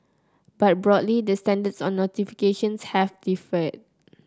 but broadly the standards on notification have differed